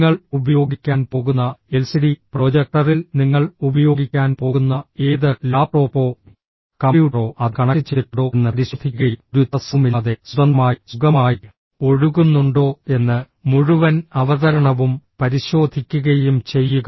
നിങ്ങൾ ഉപയോഗിക്കാൻ പോകുന്ന എൽസിഡി പ്രൊജക്ടറിൽ നിങ്ങൾ ഉപയോഗിക്കാൻ പോകുന്ന ഏത് ലാപ്ടോപ്പോ കമ്പ്യൂട്ടറോ അത് കണക്റ്റുചെയ്തിട്ടുണ്ടോ എന്ന് പരിശോധിക്കുകയും ഒരു തടസ്സവുമില്ലാതെ സ്വതന്ത്രമായി സുഗമമായി ഒഴുകുന്നുണ്ടോ എന്ന് മുഴുവൻ അവതരണവും പരിശോധിക്കുകയും ചെയ്യുക